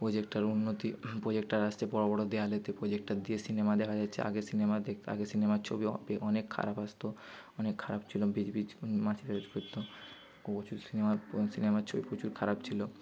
projector উন্নতি projector আসছে বড় বড় দেয়ালেতে প্রজেক্টার দিয়ে সিনেমা দেখা যাচ্ছে আগে সিনেমা দেখ আগে সিনেমার ছবি অপে অনেক খারাপ আসতো অনেক খারাপ ছিল বিজবিজ মাঝে বিজ করতো প্রচুর সিনেমা সিনেমার ছবি প্রচুর খারাপ ছিল